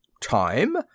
Time